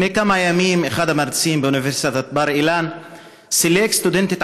לפני כמה ימים אחד המרצים באוניברסיטת בר-אילן סילק סטודנטית